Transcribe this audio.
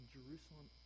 Jerusalem